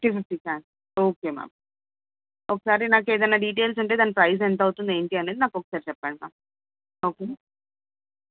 fifty fifty chance okay ma'am ఒకసారి నాకు ఏదైన్నా డీటెయిల్స్ ఉంటే దాని ప్రైస్ ఎంత అవుతుంది ఏంటి అనేది నాకు ఒకసారి చెప్పండి మ్యామ్ ఓకేనా